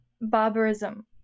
barbarism